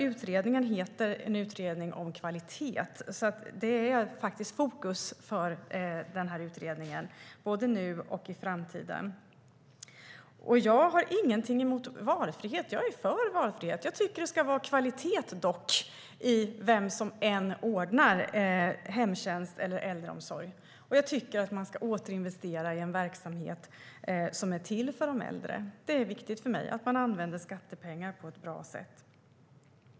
Utredningen heter En utredning om kvalitet, och det är fokus för utredningen både nu och i framtiden. Jag har ingenting emot valfrihet. Jag är för valfrihet. Dock tycker jag att det ska vara kvalitet, vem som än ordnar hemtjänst och äldreomsorg, och jag tycker att man ska återinvestera i den verksamhet som är till för de äldre. Det är viktigt för mig att skattepengarna används på ett bra sätt.